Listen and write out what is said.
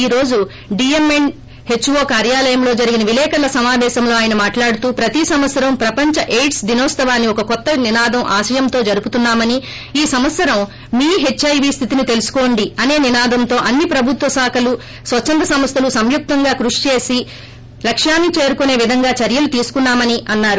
ఈ రోజు DM and HO కార్యాలయంలో జరిగిన విలేకర్ల సమాపేశంలో ఆయన మాట్లాడుతూ ప్రతి సంవత్సరం ప్రపంచ ఎయిడ్స్ దినోత్సవాన్ని ఒక కొత్త నినాదం ఆశయంతో జరుపుతున్నా మని ఈ సంవత్సరం మీ హెచ్ఐవీ స్థితిని తెలుసుకోండి అసే నినాదంతో అన్ని ప్రభుత్వ శాఖలు స్వచ్చంద సంస్థలు సంయుక్తంగా కృషి చేసి లక్యాన్ని చేరుకునే విధంగా చర్యలు తీసుకుంటున్నామని అన్నారు